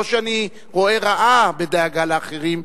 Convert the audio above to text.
לא שאני רואה רעה בדאגה לאחרים,